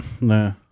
No